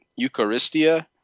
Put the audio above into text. Eucharistia